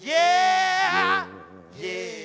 yeah yeah